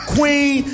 Queen